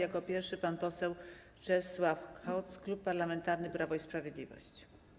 Jako pierwszy pan poseł Czesław Hoc, Klub Parlamentarny Prawo i Sprawiedliwość.